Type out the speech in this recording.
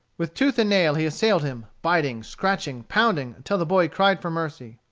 with tooth and nail he assailed him, biting, scratching, pounding, until the boy cried for mercy.